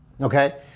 okay